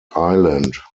island